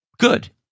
good